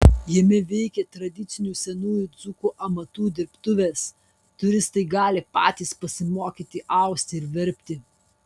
jame veikia tradicinių senųjų dzūkų amatų dirbtuvės turistai gali patys pasimokyti austi ar verpti